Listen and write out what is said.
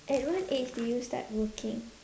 at what age did you start working